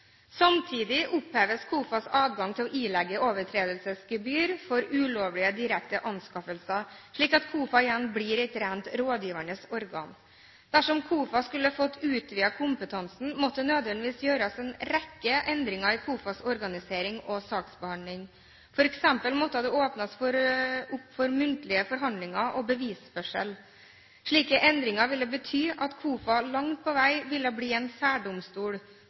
Samtidig oppheves KOFAs adgang til å ilegge overtredelsesgebyr for ulovlige direkte anskaffelser, slik at KOFA igjen blir et rent rådgivende organ. Dersom KOFA skulle fått utvidet kompetansen, måtte det nødvendigvis gjøres en rekke endringer i KOFAs organisering og saksbehandling. For eksempel måtte det åpnes opp for muntlige forhandlinger og bevisførsel. Slike endringer ville bety at KOFA langt på vei ville bli en særdomstol,